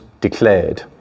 declared